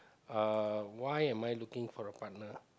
uh why am I looking for a partner